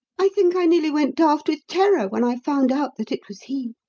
i think i nearly went daft with terror when i found out that it was he.